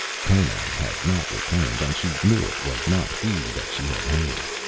conan had not returned, and she knew it was not he that she had heard.